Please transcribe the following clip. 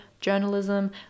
journalism